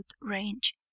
range